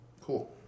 Cool